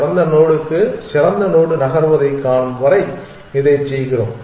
சிறந்த நோடுக்கு சிறந்த நோடு நகர்வதைக் காணும் வரை இதைச் செய்கிறோம்